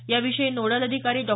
याविषयी नोडल अधिकारी डॉ